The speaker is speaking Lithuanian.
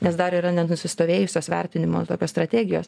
nes dar yra nenusistovėjusios vertinimo tokios strategijos